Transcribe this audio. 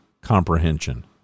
comprehension